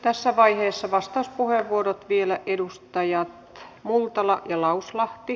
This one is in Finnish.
tässä vaiheessa vastauspuheenvuorot vielä edustajille multala ja lauslahti